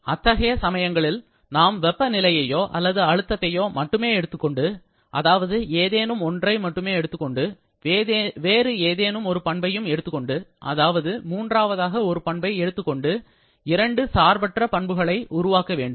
அத்தகைய சமயங்களில் நாம் வெப்ப நிலையையோ அல்லது அழுத்தத்தையோ மட்டுமே எடுத்துக்கொண்டு அதாவது ஏதேனும் ஒன்றை மட்டுமே எடுத்துக் கொண்டு வேறு ஏதேனும் ஒரு பண்பையும் எடுத்துக்கொண்டு அதாவது மூன்றாவதாக ஒரு பண்பை எடுத்துக் கொண்டு இரண்டு சார்பற்ற பண்புகளை உருவாக்க வேண்டும்